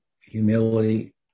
humility